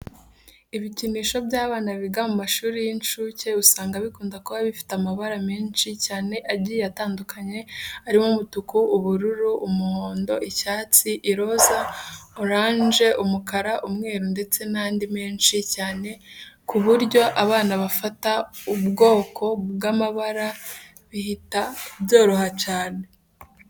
Ibikinisho by'abana biga mu mashuri y'inshuke usanga bikunda kuba bifite amabara menshi cyane agiye atandukanye arimo umutuku, ubururu, umuhondo, icyatsi, iroza, oranje, umukara, umweru ndetse n'andi menshi cyane ku buryo abana gufata ubwoko bw'amabara bihita byoroha cyane.